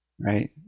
right